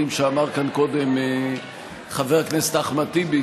שאמר כאן קודם חבר הכנסת אחמד טיבי,